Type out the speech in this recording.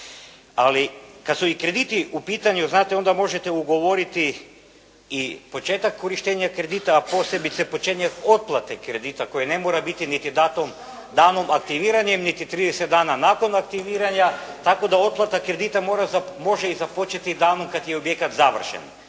Ali kada su i krediti u pitanju, znate onda možete ugovoriti i početak korištenja kredita a posebice početak otplate kredita koje ne mora biti niti danom aktiviranjem, niti 30 dana nakon aktiviranja, tako da otplata kredita može i započeti danom kada je objekat završen.